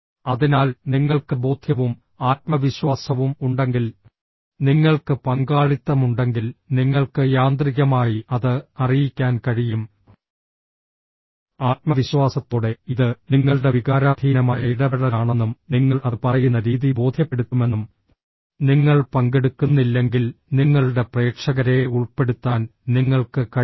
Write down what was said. അതിനാൽ നിങ്ങൾക്ക് ബോധ്യവും ആത്മവിശ്വാസവും ഉണ്ടെങ്കിൽ നിങ്ങൾക്ക് പങ്കാളിത്തമുണ്ടെങ്കിൽ നിങ്ങൾക്ക് യാന്ത്രികമായി അത് അറിയിക്കാൻ കഴിയും ആത്മവിശ്വാസത്തോടെ ഇത് നിങ്ങളുടെ വികാരാധീനമായ ഇടപെടലാണെന്നും നിങ്ങൾ അത് പറയുന്ന രീതി ബോധ്യപ്പെടുത്തുമെന്നും നിങ്ങൾ പങ്കെടുക്കുന്നില്ലെങ്കിൽ നിങ്ങളുടെ പ്രേക്ഷകരെ ഉൾപ്പെടുത്താൻ നിങ്ങൾക്ക് കഴിയില്ല